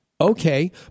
okay